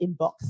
inbox